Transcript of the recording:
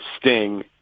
sting